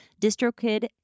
DistroKid